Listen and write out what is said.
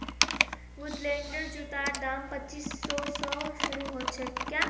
वुडलैंडेर जूतार दाम पच्चीस सौ स शुरू ह छेक